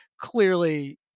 clearly